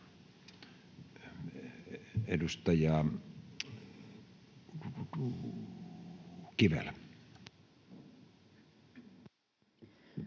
Edustaja Kivelä.